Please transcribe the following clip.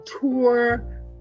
tour